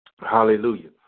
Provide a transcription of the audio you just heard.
Hallelujah